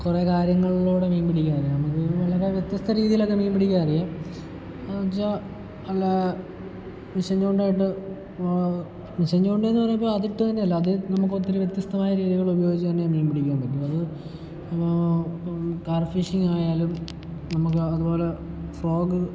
കുറെ കാര്യങ്ങളിലൂടെ മീൻ പിടിക്കാൻ അറിയാം നമുക്ക് വളരെ വ്യത്യസ്ത രീതിയിലൊക്കെ മീൻ പിടിക്കാൻ അറിയാം എന്ന് വെച്ചാൽ നല്ല മിഷേൻ ചൂണ്ട ഇട്ട് മിഷേൻ ചൂണ്ട എന്ന് പറയുമ്പോൾ അത് ഇട്ട് തന്നെ അല്ല അത് നമുക്ക് ഒത്തിരി വ്യത്യസ്തമായ രീതികൾ ഉപയോഗിച്ച് തന്നെ മീൻ പിടിക്കാൻ പറ്റും അത് നമുക്ക് ഇപ്പോൾ കാർഫിഷിങ് ആയാലും നമുക്ക് അതുപോലെ ഫ്രോഗ്